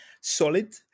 solid